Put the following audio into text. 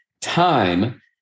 time